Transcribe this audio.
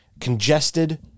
congested